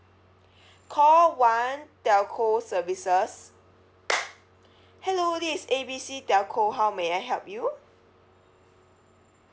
call one telco services hello this is A B C telco how may I help you